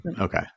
okay